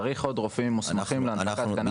צריך עוד רופאים מוסמכים להנפקת קנביס.